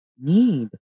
need